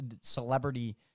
celebrity